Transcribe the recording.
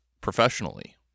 professionally